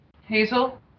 Hazel